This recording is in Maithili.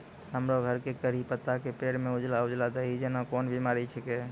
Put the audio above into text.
हमरो घर के कढ़ी पत्ता के पेड़ म उजला उजला दही जेना कोन बिमारी छेकै?